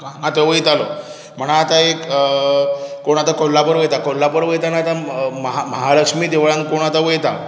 हांगां थंय वयतालो म्हणा आतां एक कोण आतां कोल्हापूर वयता कोल्हापूर वयताना आतां म्हा महालक्ष्मी देवळांत कोण आतां वयता